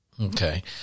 Okay